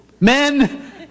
men